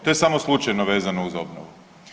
To je samo slučajno vezano uz obnovu.